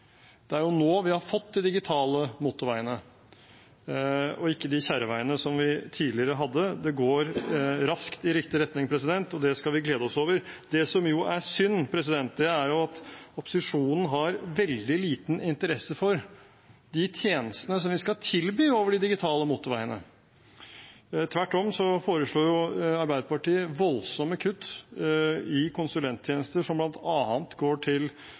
Det er jo nå vi har fått de digitale motorveiene – ikke de kjerreveiene vi tidligere hadde. Det går raskt i riktig retning, og det skal vi glede oss over. Det som er synd, er at opposisjonen har veldig liten interesse for de tjenestene som vi skal tilby over de digitale motorveiene. Tvert om så foreslår Arbeiderpartiet voldsomme kutt i konsulenttjenester som bl.a. går til